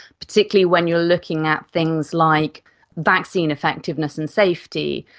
particularly when you are looking at things like vaccine effectiveness and safety,